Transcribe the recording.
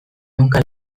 ehunka